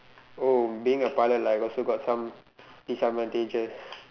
oh being a pilot like I also got some disadvantages